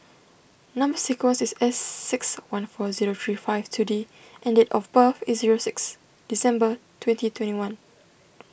Number Sequence is S six one four zero three five two D and date of birth is zero six December twenty twenty one